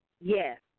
Yes